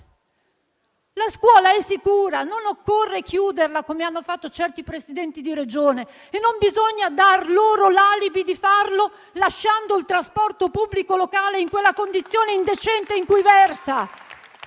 La scuola è sicura; non occorre chiuderla, come hanno fatto certi Presidenti di Regione, e non bisogna dar loro l'alibi per farlo, lasciando il trasporto pubblico locale nella condizione indecente in cui versa.